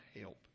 help